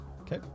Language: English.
Okay